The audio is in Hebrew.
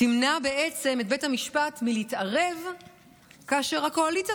תמנע בעצם מבית המשפט להתערב כאשר הקואליציה